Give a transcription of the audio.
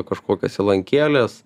kažkokias įlankėles